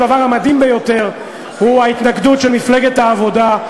הדבר המדהים ביותר הוא ההתנגדות של מפלגת העבודה,